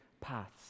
paths